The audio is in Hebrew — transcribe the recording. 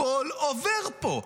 הכול עובר פה.